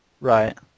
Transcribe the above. right